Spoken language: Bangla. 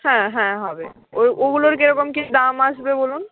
হ্যাঁ হ্যাঁ হবে ওগুলোর কেরকম কী দাম আসবে বলুন